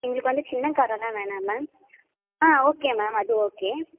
எங்களுக்கு வந்து சின்ன காரெல்லாம் வேணாம் மேம் ஆ ஓகே மேம் அது ஓகே